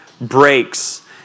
breaks